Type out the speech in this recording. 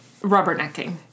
rubbernecking